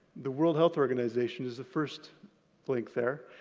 the world health organization is the first link there,